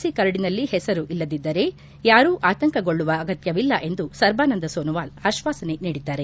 ಖ ಕರಡಿನಲ್ಲಿ ಹೆಸರು ಇಲ್ಲದಿದ್ದರೆ ಯಾರೂ ಆತಂಕಗೊಳ್ಳುವ ಅಗತ್ಯವಿಲ್ಲ ಎಂದು ಸರ್ಬಾನಂದ ಸೋನೋವಾಲ್ ಆಶ್ವಾಸನೆ ನೀಡಿದ್ದಾರೆ